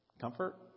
comfort